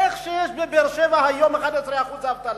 איך זה שבבאר-שבע יש היום 11% אבטלה?